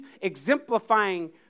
exemplifying